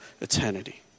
eternity